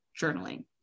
journaling